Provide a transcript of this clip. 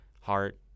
heart